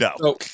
no